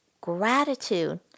gratitude